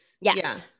Yes